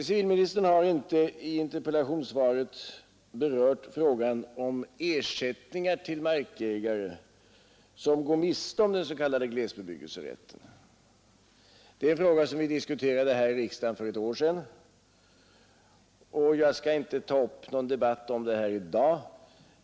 Civilministern har inte i interpellationssvaret berört frågan om ersättningar till markägare som går miste om den s.k. glesbebyggelserätten. Det är en fråga som vi diskuterade här i riksdagen för ett år sedan, och jag skall inte ta upp någon debatt om det här i dag.